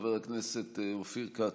חבר הכנסת אופיר כץ,